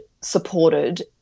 supported